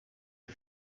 are